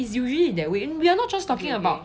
it's usually that way we're not just talking about